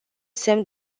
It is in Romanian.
semn